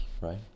Right